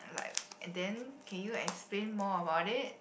like then can you explain more about it